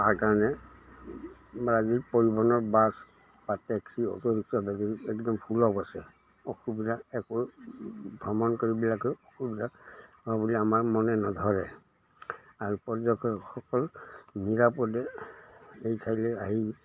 তাৰ কাৰণে বা যি পৰিবহণৰ বাছ বা টেক্সি অ'টো ৰিক্সা একদম অসুবিধা একো ভ্ৰমণকৰীবিলাকেও অসুবিধা হ'ব বুলি আমাৰ মনে নধৰে আৰু পৰ্যটকসকল নিৰাপদে এই ঠাইলৈ আহি